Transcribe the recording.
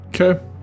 Okay